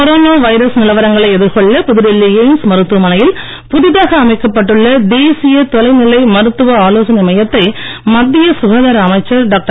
corona virus நிலவரங்களை எதிர்கொள்ள புதுடில்லி எய்ம்ஸ் மருத்துவமனையில் புதிதாக அமைக்கப்பட்டுள்ள தேசிய தொலைநிலை மருத்துவ ஆலோசனை மையத்தை மத்திய சுகாதார அமைச்சர் டாக்டர்